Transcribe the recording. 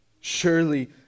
Surely